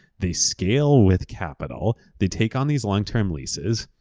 they scale with capital. they take on these long-term leases.